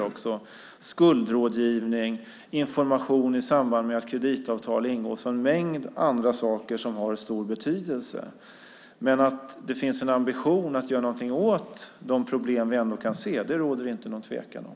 Det gäller då skuldrådgivning och information i samband med att kreditavtal ingås. Även en mängd andra saker har stor betydelse. Att det finns en ambition att göra någonting åt de problem vi kan se råder det ingen tvekan om.